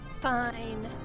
Fine